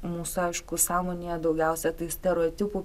mūsų aišku sąmonėje daugiausia tai stereotipų